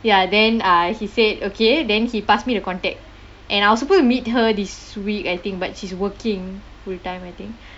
ya then ah he said okay then he pass me the contact and I was supposed to meet her this week I think but she's working full time I think